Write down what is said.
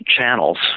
channels